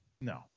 No